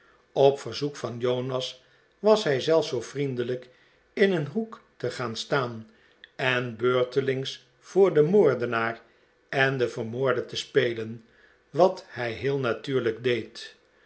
op verzoek van jonas was hij zelfs zoo vriendelijk in een hoek te gaan staan en beurtelings voor den moordenaar en den vermoorde te spelen wat hij heel natuurlijk deed